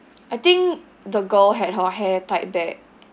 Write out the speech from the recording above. I think the girl had her hair tied back